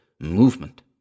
movement